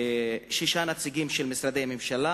שישה נציגים של משרדי ממשלה